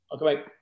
okay